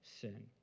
sin